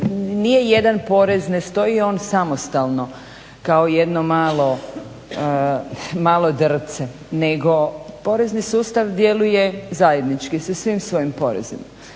nije jedan porez, ne stoji on samostalno kao jedno malo drvce, nego porezni sustav djeluje zajednički sa svim svojim porezima.